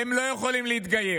והם לא יכולים להתגייר.